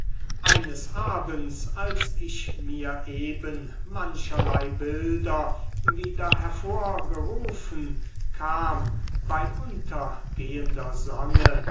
eines abends als ich mir eben mancherlei bilder wieder hervorgerufen kam bei untergehender sonne